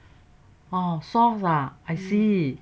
oh sauce ah I see